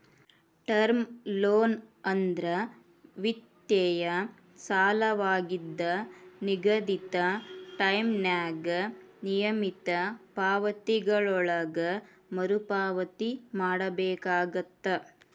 term loan ಅಂದ್ರ ವಿತ್ತೇಯ ಸಾಲವಾಗಿದ್ದ ನಿಗದಿತ ಟೈಂನ್ಯಾಗ ನಿಯಮಿತ ಪಾವತಿಗಳೊಳಗ ಮರುಪಾವತಿ ಮಾಡಬೇಕಾಗತ್ತ